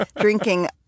drinking